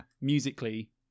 musically